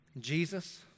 Jesus